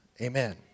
Amen